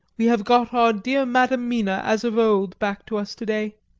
we have got our dear madam mina, as of old, back to us to-day!